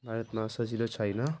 भारतमा सजिलो छैन